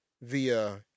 via